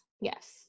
Yes